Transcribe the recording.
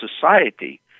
society